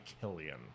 Killian